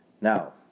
now